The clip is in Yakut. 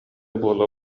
буола